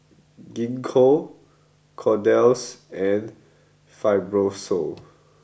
Gingko Kordel's and Fibrosol